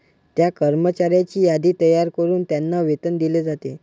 त्या कर्मचाऱ्यांची यादी तयार करून त्यांना वेतन दिले जाते